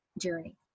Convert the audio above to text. journey